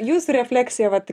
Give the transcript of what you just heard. jūsų refleksija vat